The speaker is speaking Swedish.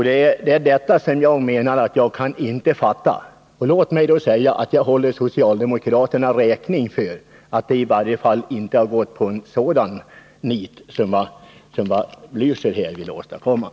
Därför kan jag inte fatta nyttan med det här kravet, och jag håller socialdemokraterna räkning för att de i varje fall inte har gått på en sådan nit som Raul Blächers förslag.